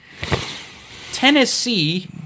Tennessee